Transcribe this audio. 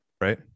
right